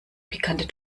pikante